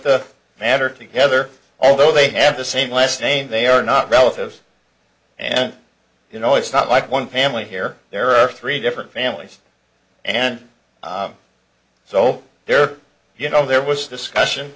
the matter together although they have the same last name they are not relatives and you know it's not like one family here there are three different families and so there are you know there was discussion